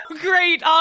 Great